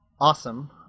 awesome